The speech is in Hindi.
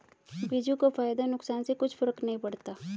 बिरजू को फायदा नुकसान से कुछ फर्क नहीं पड़ता